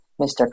mr